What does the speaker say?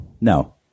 No